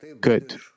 good